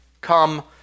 come